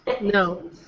No